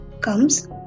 comes